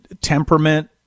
temperament